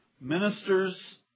Ministers